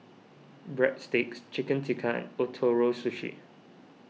Breadsticks Chicken Tikka and Ootoro Sushi